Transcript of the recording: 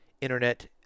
internet